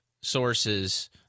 sources